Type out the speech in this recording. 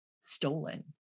stolen